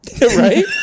Right